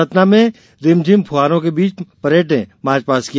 सतना में रिमझिम बारिश के बीच परेड ने मार्चपास्ट किया